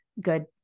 good